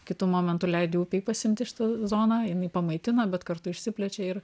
kitu momentu leidi upei pasiimti šitą zoną jinai pamaitina bet kartu išsiplečia ir